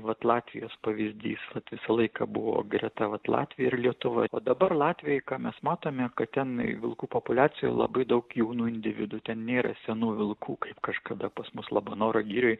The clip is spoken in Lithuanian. vat latvijos pavyzdys visą laiką buvo greta vat latvija ir lietuva dabar latvijoj ką mes matome kad ten vilkų populiacijoj labai daug jaunų individų ten nėra senų vilkų kaip kažkada pas mus labanoro girioj